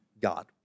God